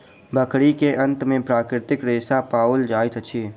बकरी के आंत में प्राकृतिक रेशा पाओल जाइत अछि